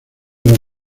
los